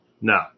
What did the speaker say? No